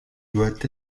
doit